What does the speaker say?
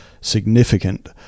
significant